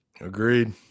Agreed